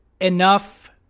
enough